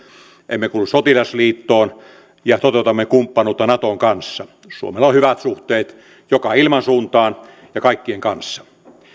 emme kuulu sotilasliittoon ja toteutamme kumppanuutta naton kanssa suomella on hyvät suhteet joka ilmansuuntaan ja kaikkien kanssa